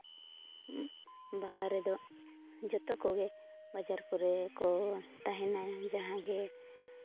ᱵᱟᱦᱟ ᱨᱮᱫᱚ ᱡᱚᱛᱚ ᱠᱚᱜᱮ ᱵᱟᱡᱟᱨ ᱠᱚᱨᱮ ᱠᱚ ᱛᱟᱦᱮᱱᱟ ᱡᱟᱦᱟᱸ ᱜᱮ